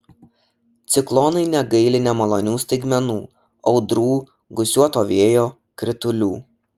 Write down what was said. ciklonai negaili nemalonių staigmenų audrų gūsiuoto vėjo kritulių